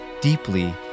deeply